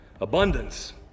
abundance